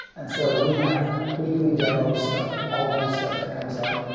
and so we have weekly demos of all the new stuff that comes out,